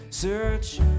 Search